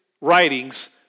writings